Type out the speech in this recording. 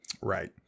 right